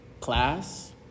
Class